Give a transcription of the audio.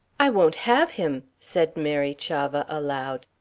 i won't have him! said mary chavah, aloud.